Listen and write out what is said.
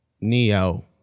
Neo